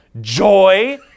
joy